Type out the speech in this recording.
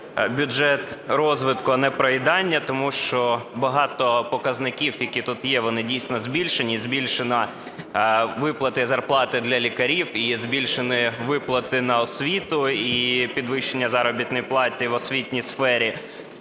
бюджет розвитку, а не проїдання, тому що багато показників, які тут є, вони дійсно збільшені. І збільшено виплати зарплати для лікарів і збільшені виплати на освіту, і підвищення заробітної плати в освітній сфері.